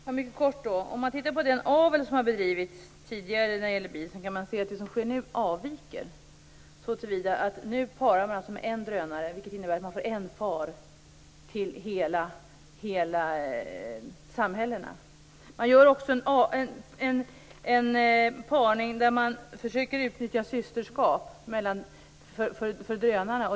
Fru talman! Mycket kort: Om man tittar på den avel som tidigare har bedrivits när det gäller bin kan man se att det som nu sker avviker så till vida att man numera parar med en drönare, vilket innebär att det blir en far till hela samhällen. Man gör en parning där man försöker att utnyttja systerskap mellan drönarna.